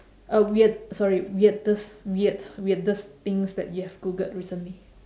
a weird sorry weirdest weird weirdest things that you have googled recently